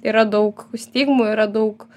yra daug stigmų yra daug